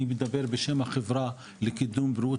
אני מדבר בשם החברה לקידום בריאות